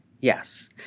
yes